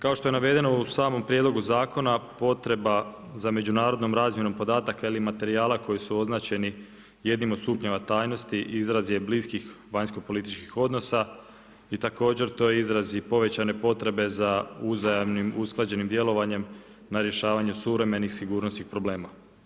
Kao što je navedeno u samom prijedlogu zakona potreba za međunarodnom razmjenom podataka ili materijala koji su označeni jednim od stupnjeva tajnosti izraz je bliskih vanjsko političkih odnosa i također to je izraz i povećane potrebe za uzajamnim usklađenim djelovanjem na rješavanju suvremenih sigurnosnih problema.